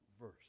verse